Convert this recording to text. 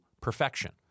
perfection